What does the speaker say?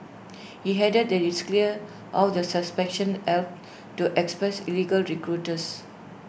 he added that is clear how the suspension helps to expose illegal recruiters